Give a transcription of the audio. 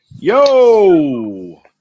Yo